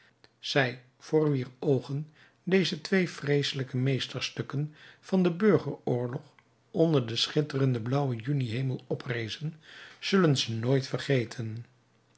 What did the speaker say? zij voor wier oogen deze twee vreeselijke meesterstukken van den burgeroorlog onder den schitterenden blauwen juni hemel oprezen zullen ze nooit vergeten